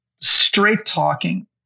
straight-talking